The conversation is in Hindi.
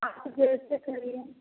आप जैसे करिए